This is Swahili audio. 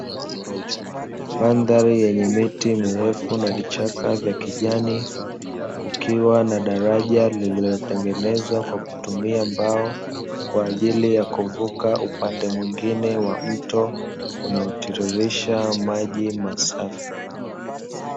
Mandhari yenye miti mirefu na vichaka vya kijani, kukiwa na daraja lililotengenezwa kwa kutumia mbao, kwa ajili ya kuvuka upande mwingine wa mto, unaotiririsha maji masafi.